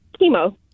chemo